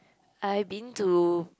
I been to